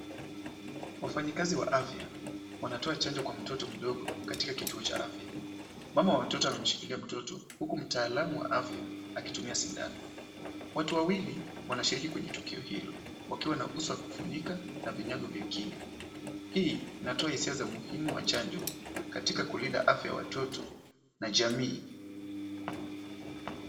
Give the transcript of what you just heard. Wafanyikazi wa afya wanatoa chanjo kwa mtoto mdogo katika kituo cha afya. Mama wa watoto ameshikilia mtoto, huku mtalaamu wa afya akitumia sindano. Watu wawili wanashiriki kwenye tukio hilo wakiwa na uso wa kufunika na vinyago vya kinga. Hii inatoa hisia za umuhimu wa chanjo katika kulinda afya za watoto na jamii.